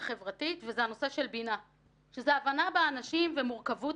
וגם את המחוקק,